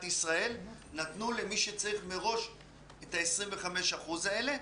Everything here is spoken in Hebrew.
ישראל נתנו למי שצריך מראש את ה-25% האלה.